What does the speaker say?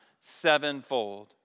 sevenfold